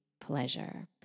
pleasure